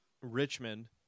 Richmond